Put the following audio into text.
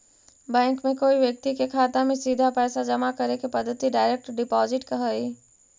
bank में कोई व्यक्ति के खाता में सीधा पैसा जमा करे के पद्धति डायरेक्ट डिपॉजिट हइ